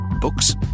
Books